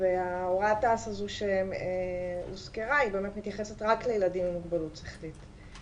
והוראת התע"ס שהוזכרה באמת מתייחסת רק לילדים עם מוגבלות שכלית.